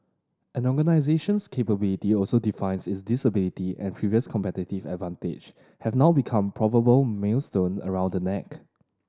an organisation's capability also define its disability and previous competitive advantage have now become proverbial millstone around the neck